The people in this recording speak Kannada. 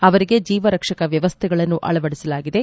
ಅವರಿಗೆ ಜೀವರಕ್ಷಕ ವ್ಯವಸ್ಥೆಗಳನ್ನು ಅಳವಡಿಸಲಾಗಿದೆ